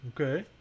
Okay